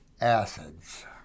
Acids